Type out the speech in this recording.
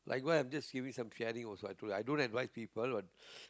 like why I have this series of I'm sharing also i don't have white people or